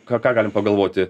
ką ką galim pagalvoti